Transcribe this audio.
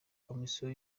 komisiyo